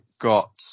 got